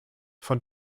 von